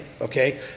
Okay